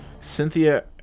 Cynthia